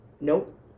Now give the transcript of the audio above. Nope